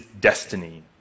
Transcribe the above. destiny